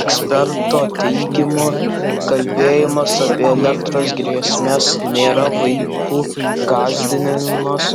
eksperto teigimu kalbėjimas apie elektros grėsmes nėra vaikų gąsdinimas